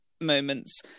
moments